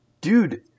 dude